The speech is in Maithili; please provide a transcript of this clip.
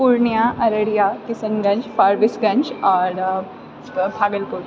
पूर्णिया अररिया किशनगञ्ज फारविशगञ्ज आओर भागलपुर